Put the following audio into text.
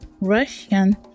Russian